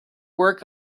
work